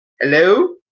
Hello